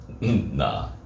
nah